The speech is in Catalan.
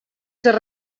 ser